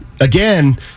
Again